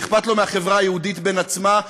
שאכפת לו מהחברה היהודית בין עצמה,